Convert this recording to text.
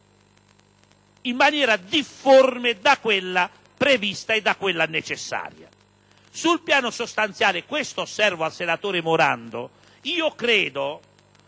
in maniera difforme da quella prevista e da quella necessaria. Sul piano sostanziale - questo osservo al senatore Morando - credo